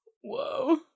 whoa